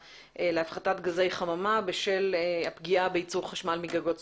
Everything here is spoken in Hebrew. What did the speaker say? להפחתת גזי חממה בשל הפגיעה בייצור חשמל מגגות סולריים.